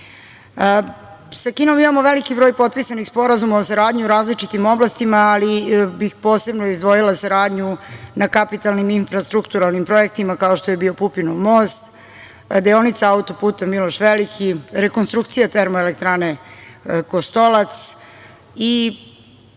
Kinom imamo veliki broj potpisanih sporazuma o saradnji u različitim oblastima, ali bih posebno izdvojila saradnju na kapitalnim infrastrukturalnim projektima kao što je bio Pupinov most, deonica auto-puta Miloš Veliki, rekonstrukcija termoelektrane Kostolac i